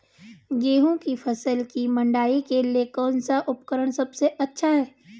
गेहूँ की फसल की मड़ाई के लिए कौन सा उपकरण सबसे अच्छा है?